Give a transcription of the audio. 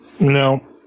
No